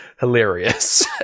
hilarious